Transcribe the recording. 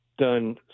done